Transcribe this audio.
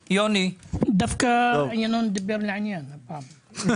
דווקא ינון דיבר לעניין הפעם.